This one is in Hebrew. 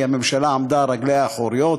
כי הממשלה עמדה על רגליה האחוריות,